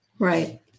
Right